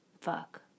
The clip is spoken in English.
fuck